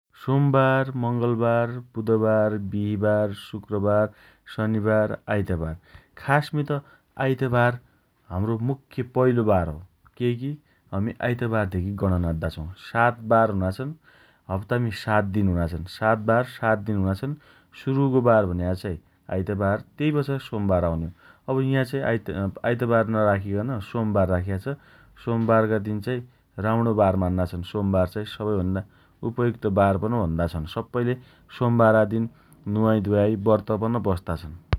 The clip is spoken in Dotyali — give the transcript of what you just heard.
सोमबार, मंगलबार, बुधबार, बिहीबार, शुक्रबार, शनिबार, आइतबार । खासमी त आइतबार हम्रो मुख्य पहिलो बार हो । केइकी हमी आइतबारधेगी गणना अद्दा छौँ । सात बार हुना छन् । हप्तामी सात दिन हुना छन् । सातबार सात दिन हुनाछन् । सुरुको बार भन्या चाइ आइतबार तेइपाछा सोमबार आउने हो । अब याँ चाइ आइत आइतबार नराखिकन सोमबार राख्या छ । सोमबारका दिन चाइ राम्णो बार मान्ना छन् । सोमबार चाइ सबैभन्दा उपयुक्त बारपन भन्दा छन् । सप्पैले सोमबारा दिन नुहाइधुवाइ व्रत पन वस्ता छन् ।